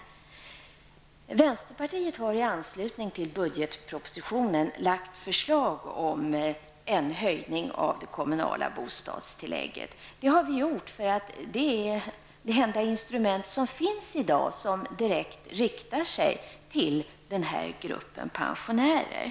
Vänsterpartiet har i anslutning till budgetpropositionen lagt fram förslag om en höjning av det kommunala bostadstillägget. Det är det enda instrument som finns i dag och som direkt riktar sig till den här gruppen av pensionärer.